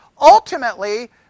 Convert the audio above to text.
Ultimately